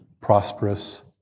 prosperous